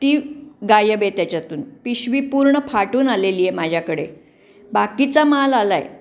ती गायब आहे त्याच्यातून पिशवी पूर्ण फाटून आलेली आहे माझ्याकडे बाकीचा माल आला आहे